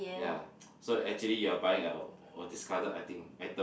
ya so actually you are buying a discarded thing item